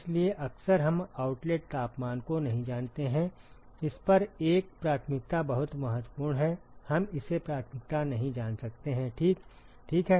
इसलिए अक्सर हम आउटलेट तापमान को नहीं जानते हैं इस पर एक प्राथमिकता बहुत महत्वपूर्ण है हम इसे प्राथमिकता नहीं जान सकते हैं ठीक है